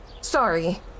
Sorry